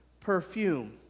perfume